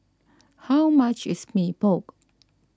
how much is Mee Pok